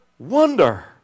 Wonder